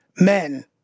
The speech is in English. men